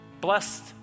blessed